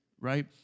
right